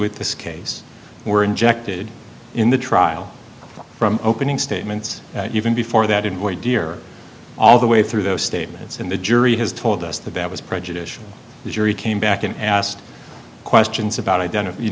with this case were injected in the trial from opening statements even before that into a deer all the way through those statements in the jury has told us that that was prejudicial the jury came back and asked questions about identity you